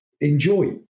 enjoy